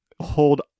hold